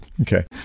Okay